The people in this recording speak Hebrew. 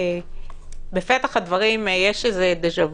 בפתח הדברים יש דז'ה וו.